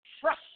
trust